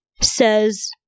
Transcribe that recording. says